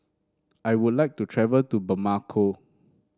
I would like to travel to Bamako